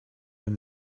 when